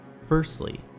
Firstly